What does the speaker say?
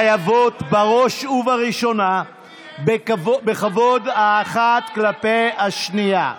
רשויות השלטון חייבות בראש ובראשונה בכבוד האחת כלפי השנייה.